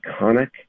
iconic